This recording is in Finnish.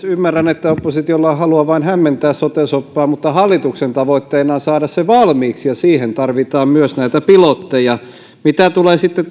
ymmärrän että oppositiolla on halua vain hämmentää sote soppaa mutta hallituksen tavoitteena on saada se valmiiksi ja siihen tarvitaan myös näitä pilotteja mitä tulee sitten